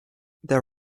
there